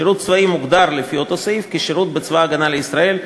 "שירות צבאי" מוגדר לפי אותו הסעיף כשירות בצבא הגנה לישראל,